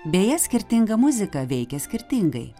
beje skirtinga muzika veikia skirtingai